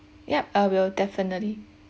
yup I will definitely